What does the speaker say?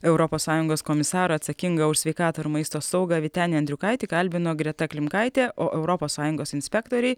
europos sąjungos komisarą atsakingą už sveikatą ir maisto saugą vytenį andriukaitį kalbino greta klimkaitė o europos sąjungos inspektoriai